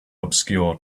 obscure